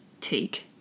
take